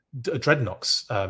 dreadnoughts